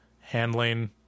handling